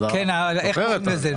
אתה זוכר את זה,